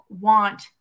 want